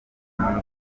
impundu